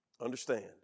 Understand